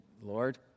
Lord